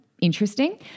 interesting